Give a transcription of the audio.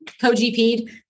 co-GP'd